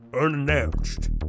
unannounced